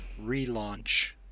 relaunch